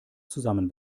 zusammen